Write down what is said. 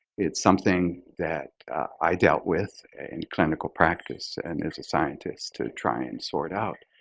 it's something that i dealt with in clinical practice and as a scientist to try and sort out,